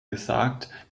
gesagt